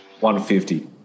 150